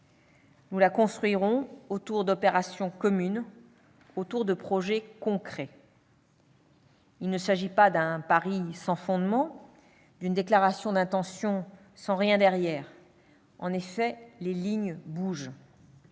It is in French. Nous la construirons autour d'opérations communes, autour de projets concrets. Il ne s'agit pas d'un pari sans fondement, d'une déclaration d'intention sans rien derrière : les lignes bougent.